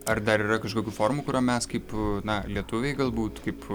ar dar yra kažkokių formų kurio mes kaip na lietuviai galbūt kaip